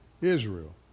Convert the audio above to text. Israel